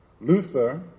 Luther